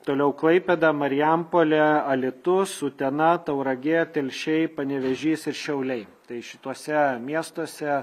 toliau klaipėda marijampolė alytus utena tauragė telšiai panevėžys ir šiauliai tai šituose miestuose